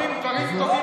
שומעים דברים טובים,